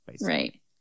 Right